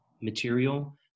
material